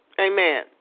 amen